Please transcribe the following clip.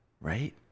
Right